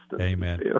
amen